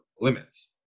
limits